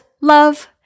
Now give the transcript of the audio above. love